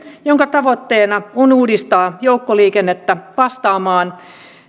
jonka tavoitteena on uudistaa joukkoliikennettä vastaamaan